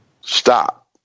stop